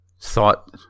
thought